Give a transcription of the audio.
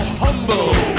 humble